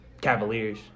Cavaliers